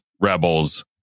Rebels